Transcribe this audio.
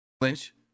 Lynch